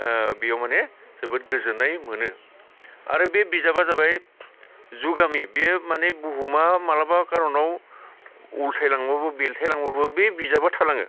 बेयाव माने जोबोद गोजोननाय मोनो आरो बे बिजाबा जाबाय जुगामि बेयो माने बुहुमा माब्लाबा कारनाव उल्थायलांबाबो बेल्थायलांबाबो बे बिजाबा थालाङो